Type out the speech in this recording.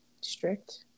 strict